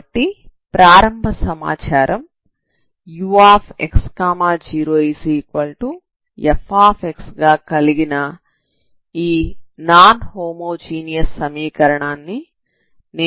కాబట్టి ప్రారంభ సమాచారం ux0f గా కలిగిన ఈ నాన్ హోమోజీనియస్ సమీకరణాన్ని నేను ఎలా పరిష్కరించగలను